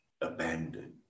abandoned